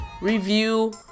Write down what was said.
review